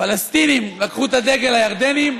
הפלסטינים לקחו את הדגל הירדני,